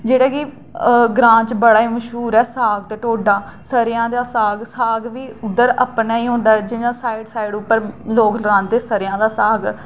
जेह्ड़ा कि ग्रां च बडा गै मश्हूर ऐ साग ते ढोड्डा स'रेआं दा साग साग बी उद्धर अपने गै होंदा ऐ जि'यां साइड साइड उप्पर लोक रांह्दे स'रेआं दा साग